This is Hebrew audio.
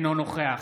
אינו נוכח